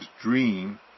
dream